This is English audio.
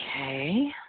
Okay